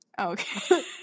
Okay